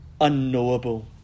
unknowable